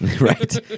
right